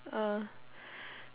uh